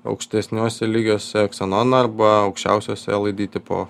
aukštesniuose lygiuose ksenon arba aukščiausiuose elaidy tipo